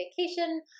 vacation